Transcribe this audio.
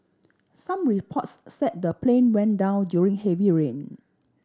some reports said the plane went down during heavy rain